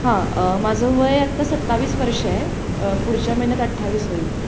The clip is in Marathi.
हां माझं वय आत्ता सत्तावीस वर्ष आहे पुढच्या महिन्यात अठ्ठावीस होईल